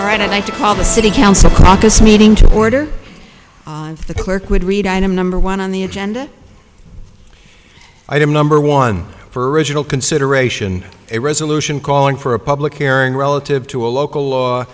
all right i'd like to call the city council caucus meeting to order the clerk would read item number one on the agenda item number one for original consideration a resolution calling for a public airing relative to a local law